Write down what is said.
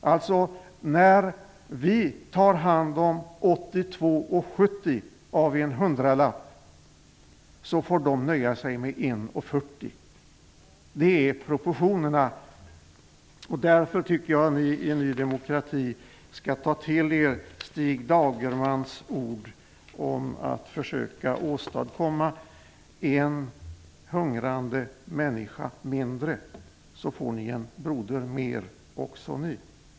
Det betyder att när vi tar hand om 82:70 kr av en hundralapp, får de fattigaste nöja sig med 1:40 kr. Det är proportionerna. Därför tycker jag att ni i Ny demokrati skall ta till er Stig Dagermans ord om att försöka åstadkomma en hungrande människa mindre. Så får ni en broder mer, också ni.